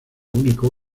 único